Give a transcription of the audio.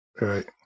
Right